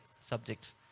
subjects